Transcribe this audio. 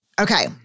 Okay